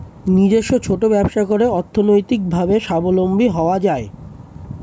নিজস্ব ছোট ব্যবসা করে অর্থনৈতিকভাবে স্বাবলম্বী হওয়া যায়